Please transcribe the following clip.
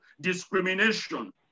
discrimination